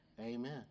Amen